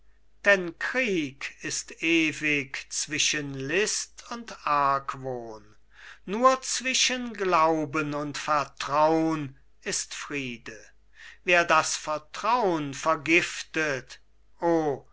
denn krieg ist ewig zwischen list und argwohn nur zwischen glauben und vertraun ist friede wer das vertraun vergiftet o